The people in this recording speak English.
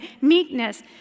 meekness